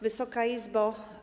Wysoka Izbo!